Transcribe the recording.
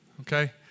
okay